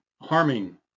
harming